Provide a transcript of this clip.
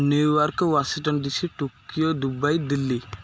New York Washington DC Tokyo Dubai Delhi